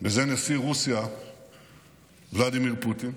וזה נשיא רוסיה ולדימיר פוטין.